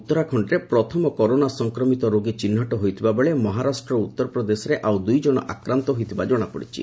ଉତ୍ତରାଖଣ୍ଡରେ ପ୍ରଥମ କରୋନା ସଂକ୍ରମିତ ରୋଗୀ ଚିହ୍ରଟ ହୋଇଥିବାବେଳେ ମହାରାଷ୍ଟ୍ର ଓ ଉତ୍ତର ପ୍ରଦେଶରେ ଆଉ ଦୂଇ ଜଣ ଆକ୍ରାନ୍ତ ହୋଇଥିବା ଜଣାପଡ଼ିଛି